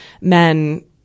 men